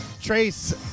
Trace